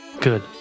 Good